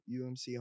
UMC